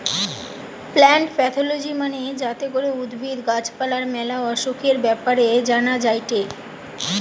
plant pathology মানে যাতে করে উদ্ভিদ, গাছ পালার ম্যালা অসুখের ব্যাপারে জানা যায়টে